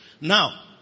Now